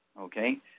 Okay